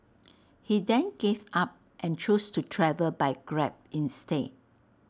he then gave up and chose to travel by grab instead